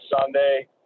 Sunday